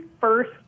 first